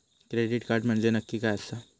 Credit card म्हंजे नक्की काय आसा?